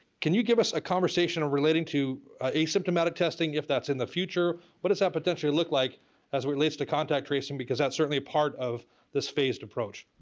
can you give us a conversation or relating to asymptomatic testing if that's in the future what does that potentially look like as it relates to contact tracing because that's certainly a part of this phased approach?